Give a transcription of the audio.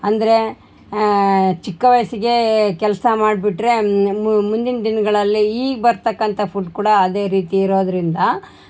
ಅಂದರೆ ಚಿಕ್ಕ ವಯಸ್ಸಿಗೇ ಕೆಲಸ ಮಾಡಿಬಿಟ್ರೆ ಮು ಮುಂದಿನ ದಿನಗಳಲ್ಲಿ ಈಗ ಬರ್ತಕ್ಕಂಥ ಫುಡ್ ಕೂಡ ಅದೇ ರೀತಿ ಇರೋದರಿಂದ